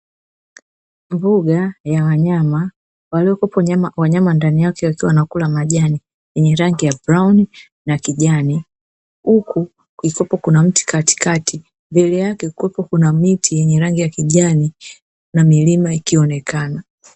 Mbuga ya wanyama, waliokuwepo wanyama ndani yake wakiwa wanakula majani, wenye rangi ya "brown" na kijani, huku ukiwepo kuna mti katikati, mbele yake kukiwepo kuna miti yenye rangi ya kijani na milima ikionekana.